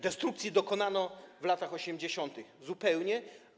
Destrukcji dokonano w latach 80. - zupełnie.